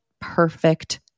perfect